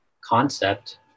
concept